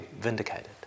vindicated